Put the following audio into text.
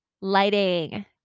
lighting